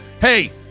Hey